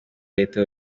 leta